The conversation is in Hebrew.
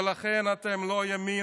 ולכן אתם לא ימין,